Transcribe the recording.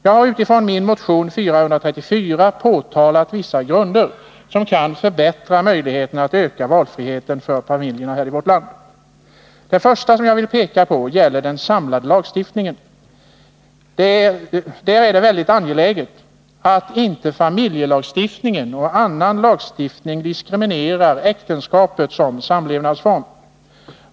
Jag har med utgångspunkt från min motion 434 pekat på vissa grunder som kan förbättra möjligheten att öka valfriheten för familjerna i vårt land. Det första som jag vill framhålla gäller den samlade lagstiftningen. Där är det mycket angeläget att inte familjelagstiftningen och annan lagstiftning diskriminerar äktenskapet som samlevnadsform.